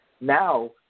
now